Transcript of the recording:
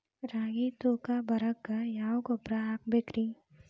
ರಾಗಿ ತೂಕ ಬರಕ್ಕ ಯಾವ ಗೊಬ್ಬರ ಹಾಕಬೇಕ್ರಿ?